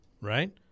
right